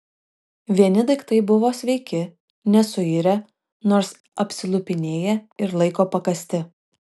vieni daiktai buvo sveiki nesuirę nors apsilupinėję ir laiko pakąsti